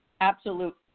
Absolute